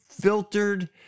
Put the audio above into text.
filtered